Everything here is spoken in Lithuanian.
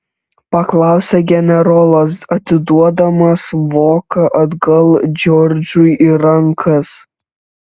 paklausė generolas atiduodamas voką atgal džordžui į rankas